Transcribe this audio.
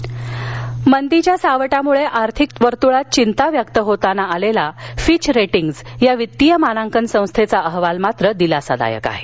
मुख्यमंत्री मंदीच्या सावटामुळे आर्थिक वर्तुळात चिंता व्यक्त होताना आलेला फिच रेटिंग्ज या वित्तीय मानांकन संस्थेचा अहवाल दिलासादायक आहे